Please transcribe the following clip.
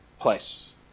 place